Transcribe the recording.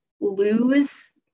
lose